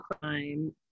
crime